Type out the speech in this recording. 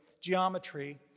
geometry